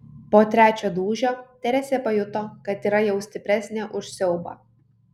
po trečio dūžio teresė pajuto kad yra jau stipresnė už siaubą